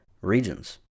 regions